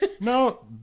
No